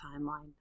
timeline